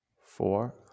four